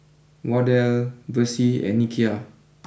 Wardell Versie and Nikia